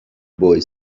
boy